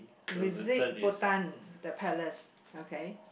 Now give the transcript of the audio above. visit Bhutan the palace okay